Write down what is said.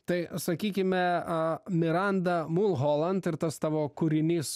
tai sakykime a miranda mulholand ir tas tavo kūrinys